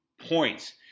points